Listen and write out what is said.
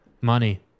Money